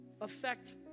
affect